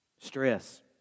Stress